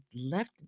left